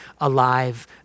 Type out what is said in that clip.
alive